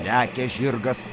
lekia žirgas